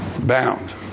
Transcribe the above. Bound